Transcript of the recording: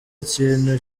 ikintu